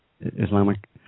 Islamic